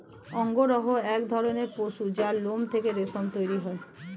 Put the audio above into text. অঙ্গরূহ এক ধরণের পশু যার লোম থেকে রেশম তৈরি হয়